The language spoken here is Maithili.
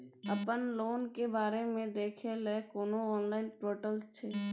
अपन लोन के बारे मे देखै लय कोनो ऑनलाइन र्पोटल छै?